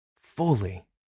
fully